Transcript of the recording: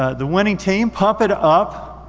ah the winning team, pump it up,